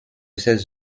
ses